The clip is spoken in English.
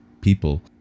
people